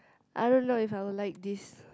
I don't know if I will like this